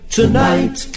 tonight